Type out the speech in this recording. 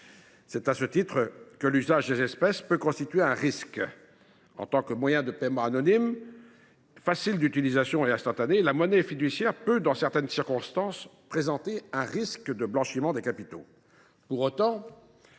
C’est à ce titre que l’usage des espèces peut constituer un risque. En tant que moyen de paiement anonyme, facile d’utilisation et instantané, la monnaie fiduciaire peut, dans certaines circonstances, présenter un risque de blanchiment de capitaux.